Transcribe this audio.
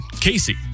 Casey